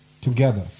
together